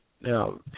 Now